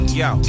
yo